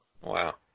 Wow